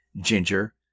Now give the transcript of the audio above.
ginger